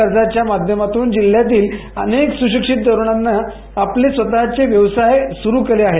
कर्जाच्या माध्यमातून जिल्ह्यातील अनेक सुशिक्षित तरुणांनी आपले स्वतचे व्यवसायक सुरु केले आहे